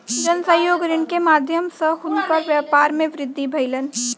जन सहयोग ऋण के माध्यम सॅ हुनकर व्यापार मे वृद्धि भेलैन